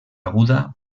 aguda